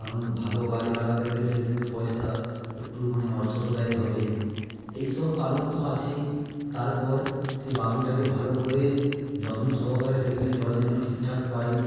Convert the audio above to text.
কারণ ভালো গাছ লাগাতে গেলে সেখানে তো পয়সা একটু মানে অর্থ তো ব্যয় হবেই এই সব কারণ তো আছেই তারপর সেই বাগানটাকে ভালো করে যত্ন সহকারে সেখানে জল যেন ঠিকঠাক পাই